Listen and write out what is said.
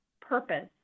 purpose